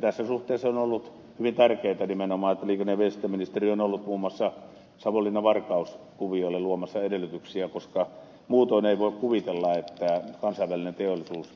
tässä suhteessa on ollut hyvin tärkeätä nimenomaan että liikenne ja viestintäministeriö on ollut muun muassa savonlinnavarkaus kuvioille luomassa edellytyksiä koska muutoin ei voi kuvitella että kansainvälinen teollisuus